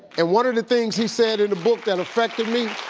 and one of the things he said in the book that affected me,